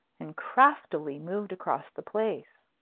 and craftily moved across the place.